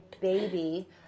baby